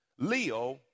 Leo